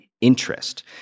interest